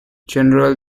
general